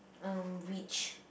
um which